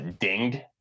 dinged